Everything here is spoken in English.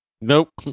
Nope